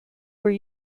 were